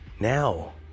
Now